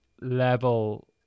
level